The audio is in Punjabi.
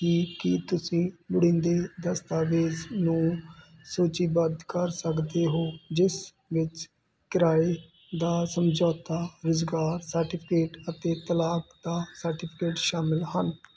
ਹੀ ਕੀ ਤੁਸੀਂ ਲੋੜੀਂਦੇ ਦਸਤਾਵੇਜ਼ ਨੂੰ ਸੂਚੀਬੱਧ ਕਰ ਸਕਦੇ ਹੋ ਜਿਸ ਵਿੱਚ ਕਿਰਾਏ ਦਾ ਸਮਝੌਤਾ ਰੁਜਗਾਰ ਸਰਟੀਫਿਕੇਟ ਅਤੇ ਤਲਾਕ ਦਾ ਸਰਟੀਫਿਕੇਟ ਸ਼ਾਮਿਲ ਹਨ